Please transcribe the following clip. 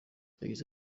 yagize